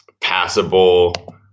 passable